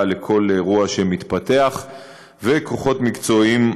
על כל אירוע שמתפתח וכוחות מקצועיים נוספים,